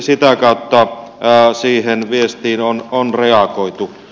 sitä kautta siihen viestiin on reagoitu